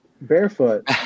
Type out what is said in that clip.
barefoot